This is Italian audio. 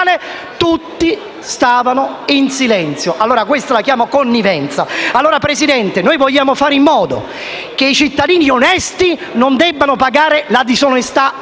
tutti stavano in silenzio. Questa la chiamo connivenza. Signor Presidente, dobbiamo fare in modo che i cittadini onesti non debbano pagare la disonestà